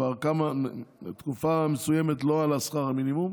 כבר תקופה מסוימת לא עלה שכר המינימום,